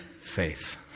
faith